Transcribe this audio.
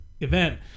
event